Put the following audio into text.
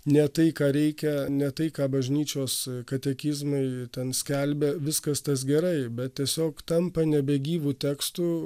ne tai ką reikia ne tai ką bažnyčios katekizmai ten skelbia viskas tas gerai bet tiesiog tampa nebegyvu tekstu